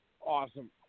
Awesome